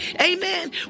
Amen